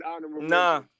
Nah